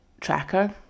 tracker